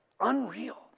unreal